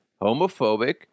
homophobic